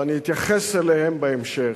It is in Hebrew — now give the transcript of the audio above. ואני אתייחס אליהם בהמשך,